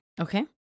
Okay